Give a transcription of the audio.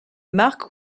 marc